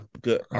Good